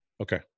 Okay